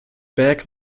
back